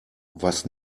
was